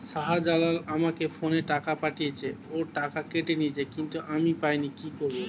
শাহ্জালাল আমাকে ফোনে টাকা পাঠিয়েছে, ওর টাকা কেটে নিয়েছে কিন্তু আমি পাইনি, কি করব?